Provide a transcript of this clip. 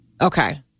Okay